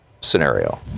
scenario